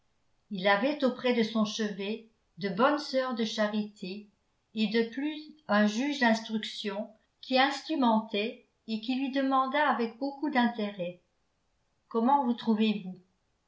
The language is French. il avait auprès de son chevet de bonnes sœurs de charité et de plus un juge d'instruction qui instrumentait et qui lui demanda avec beaucoup d'intérêt comment vous trouvez-vous